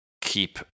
keep